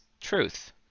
truth